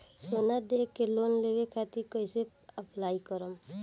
सोना देके लोन लेवे खातिर कैसे अप्लाई करम?